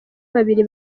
babiri